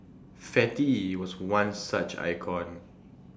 fatty was one such icon